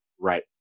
right